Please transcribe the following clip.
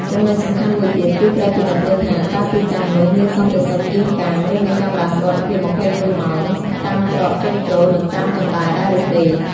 ចំណុចសំខាន់មួយទៀត គឺត្រូវពិនិត្យមើលថា តើទីតាំងនោះមានសន្តិសុខយាមកាម ឬមានកាមេរ៉ាសុវត្ថិភាព ២៤ម៉ោង តាមច្រកចេញចូល និងតាមជណ្តើរដែរឬទេ។